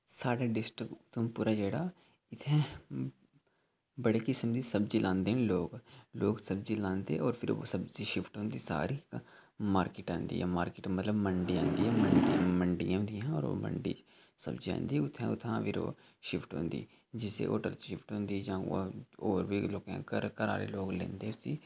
साढ़े डिस्टिक उधमपुर ऐ जेह्ड़ा इत्थें बड़े किसम दी सब्जी लांदे न लोक लोक सब्जी लांदे होर फिर ओह् सब्जी शिफ्ट होंदी सारी मार्किट आंदी ऐ मतलब मंडी आंदी ऐ मंडियां मंडी होंदियां होर ओह् मंडी सब्जी आंदी उंत्थां दा फिर शिफ्ट होंदी होटल च शिफ्ट होंदा जिसी होटल च शिफ्ट होंदी जां होर बी लोकें घर घरा आह्ले लोग लेंदे उसी सब्जी गी